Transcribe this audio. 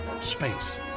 space